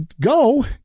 go